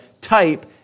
type